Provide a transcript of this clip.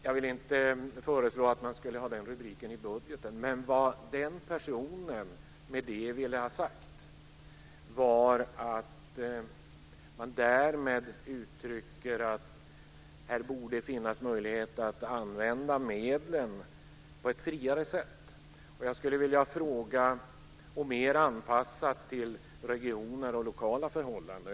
Jag vill inte föreslå att man skulle ha den rubriken i budgeten, men vad den personen med det ville ge uttryck åt var att det borde finnas möjlighet att använda medlen på ett friare sätt, mer anpassat till regionala och lokala förhållanden.